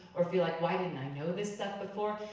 or feel like, why didn't i know this stuff before?